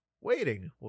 Waiting